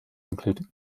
include